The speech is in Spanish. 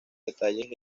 detalles